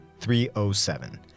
307